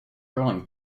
curling